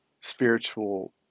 spiritual